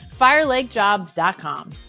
FireLakeJobs.com